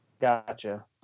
Gotcha